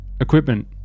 equipment